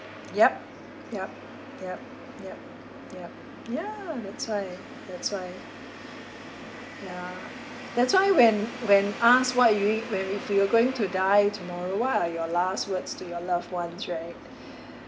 yup yup yup yup yup yeah that's why that's why ya that's why when when asked what you eat when if you're going to die tomorrow what are your last words to your loved ones right